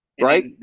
Right